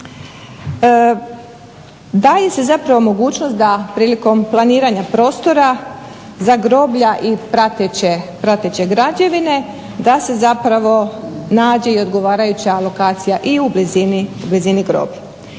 Daje im se zapravo mogućnost da prilikom planiranja prostora za groblja i prateće građevine da se zapravo nađe i odgovarajuća lokacija i u blizini groblja.